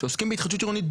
שעוסקים בהתחדשות עירונית,